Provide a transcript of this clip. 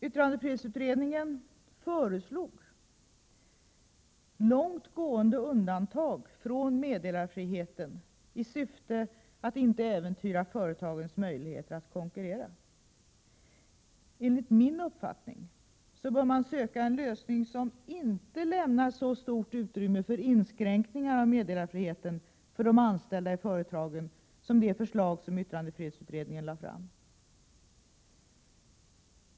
Yttrandefrihetsutredningen föreslog långt gående undantag från meddelarfriheten i syfte att inte äventyra företagens möjligheter att konkurrera. Enligt min uppfattning bör man söka en lösning som inte lämnar så stort utrymme för inskränkningar av meddelarfriheten för de anställda i företagen som det förslag som yttrandefrihetsutredningen lade fram gör.